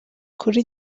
kuri